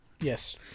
yes